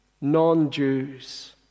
non-Jews